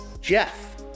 Jeff